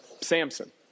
Samson